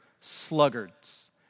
sluggards